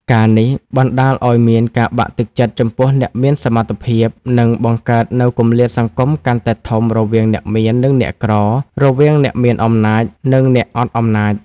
ការណ៍នេះបណ្តាលឲ្យមានការបាក់ទឹកចិត្តចំពោះអ្នកមានសមត្ថភាព និងបង្កើតនូវគម្លាតសង្គមកាន់តែធំ រវាងអ្នកមាន និងអ្នកក្រ រវាងអ្នកមានអំណាច និងអ្នកអត់អំណាច។